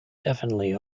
definitely